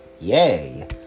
yay